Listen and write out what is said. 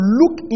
look